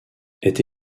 est